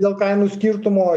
dėl kainų skirtumo